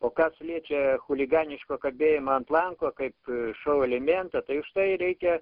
o kas liečia chuliganiško kabėjimo ant lanko kaip šou elemento tai už tai reikia